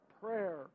prayer